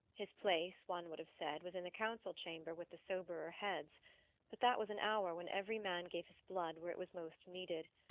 his place, one would have said, was in the council-chamber, with the soberer heads but that was an hour when every man gave his blood where it was most needed,